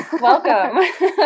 Welcome